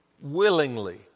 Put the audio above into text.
willingly